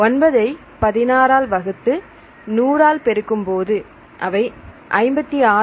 9 ஐ 16 ஆல் வகுத்து 100 ஆல் பெருக்கும்போது அவை 56